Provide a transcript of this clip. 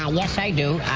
ah yes, i do.